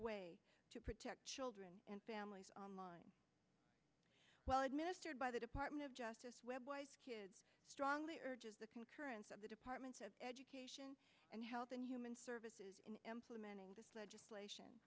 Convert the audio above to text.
way to protect children and families online well administered by the department of justice strongly urges the concurrence of the department of education and health and human services in implementing this legislation